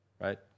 right